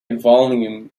volume